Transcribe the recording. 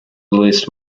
list